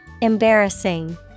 Embarrassing